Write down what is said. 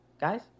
Guys